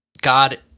God